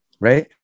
Right